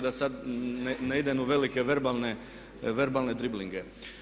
Da sad ne idem u velike verbalne driblinge.